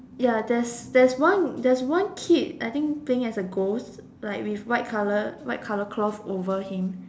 ya there's there's there's one there's kid I think playing as a ghost like with white colour white colour cloth over him